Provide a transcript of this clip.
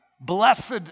Blessed